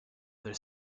their